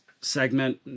segment